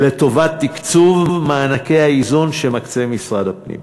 לטובת תקצוב מענקי האיזון שמקצה משרד הפנים."